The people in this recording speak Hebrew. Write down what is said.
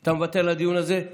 אתה מוותר בדיון הזה?